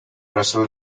russell